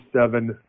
seven